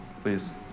Please